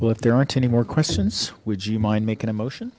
if there aren't any more questions would you mind making a motion